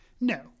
No